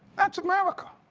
that's america.